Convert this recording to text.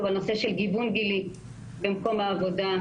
על נושא של גיוון גילי במקום העבודה.